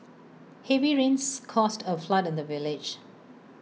heavy rains caused A flood in the village